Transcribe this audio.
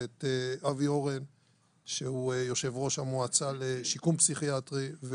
ואת אבי אורן שהוא יושב-ראש המועצה לשיקום פסיכיאטרי,